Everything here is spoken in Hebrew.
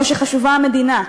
או שחשובה המדינה?